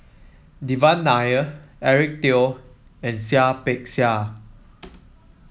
Devan Nair Eric Teo and Seah Peck Seah